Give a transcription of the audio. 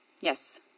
Yes